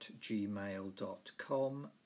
gmail.com